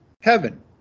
heaven